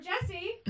Jesse